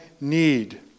need